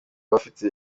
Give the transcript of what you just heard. bafite